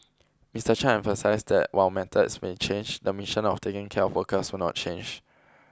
Mister Chan emphasised that while methods may change the mission of taking care of workers will not change